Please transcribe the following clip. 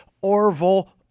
Orville